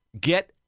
get